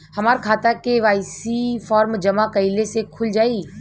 हमार खाता KYC form जमा कइले से खुल जाई?